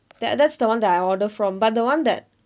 that's the one that I order from but the one that